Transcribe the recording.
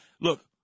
Look